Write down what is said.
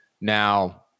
Now